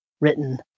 written